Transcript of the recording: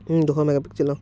দুশ মেগাপিক্সেল অ'